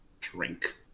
drink